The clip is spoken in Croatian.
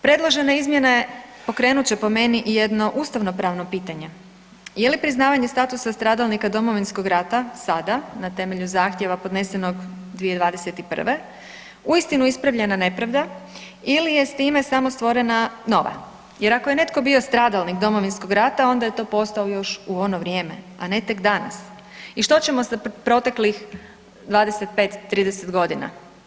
Predložene izmjene pokrenut će po meni jedno ustavno pravno pitanje, je li priznavanje statusa stradalnika Domovinskog rata sada na temelju zahtjeva podnesenog 2021. uistinu ispravljena nepravda ili je s time samo stvorena nova jer ako je netko bio stradalnik Domovinskog rata onda je to postao još u ono vrijeme, a ne tek danas i što ćemo sa proteklih 25-30.g.